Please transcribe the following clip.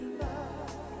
love